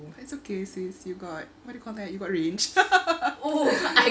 but it's okay sis you got what you call that you got range